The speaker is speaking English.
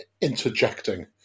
interjecting